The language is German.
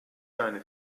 seine